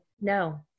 No